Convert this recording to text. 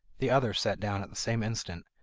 the others sat down at the same instant.